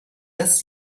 dass